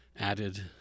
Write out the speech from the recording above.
added